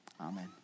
amen